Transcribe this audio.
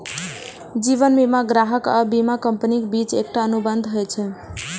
जीवन बीमा ग्राहक आ बीमा कंपनीक बीच एकटा अनुबंध होइ छै